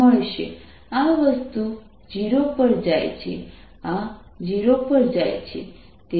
આ વસ્તુ 0 પર જાય છે આ 0 પર જાય છે